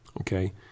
Okay